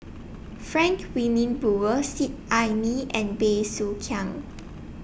Frank Wilmin Brewer Seet Ai Mee and Bey Soo Khiang